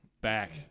back